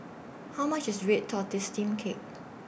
How much IS Red Tortoise Steamed Cake